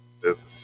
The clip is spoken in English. business